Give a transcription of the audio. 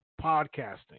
podcasting